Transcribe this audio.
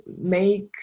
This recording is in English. make